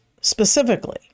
specifically